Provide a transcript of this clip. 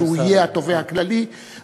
שהוא יהיה התובע הכללי.